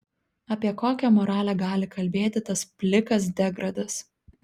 apie kokią moralę gali kalbėti tas plikas degradas